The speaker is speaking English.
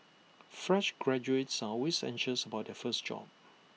fresh graduates are always anxious about their first job